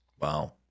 Wow